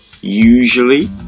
Usually